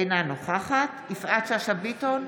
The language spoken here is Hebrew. אינה נוכחת יפעת שאשא ביטון,